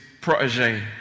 protege